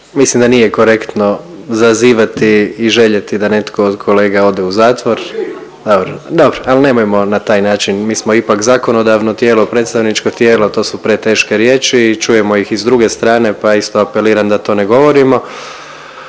mislim da nije korektno zazivati i željeti da netko od kolega ode u zatvor… …/Upadica Zekanović: Grbin./… Dobro, dobro, al nemojmo na taj način, mi smo ipak zakonodavno tijelo, predstavničko tijelo, to su preteške riječi i čujemo ih i s druge strane, pa isto apeliram da to ne govorimo,